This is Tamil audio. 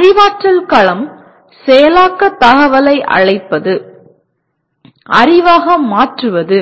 அறிவாற்றல் களம் செயலாக்கத் தகவலை அழைப்பது அறிவாக மாற்றுவது